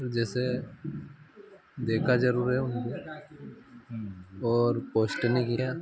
और जैसे देखा ज़रूर है उनको और पोश्ट नहीं किया